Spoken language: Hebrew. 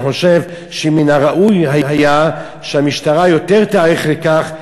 אני חושב שמן הראוי היה שהמשטרה תיערך לכך יותר,